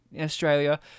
australia